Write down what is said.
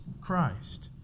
Christ